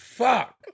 fuck